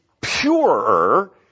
purer